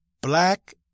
Black